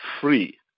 free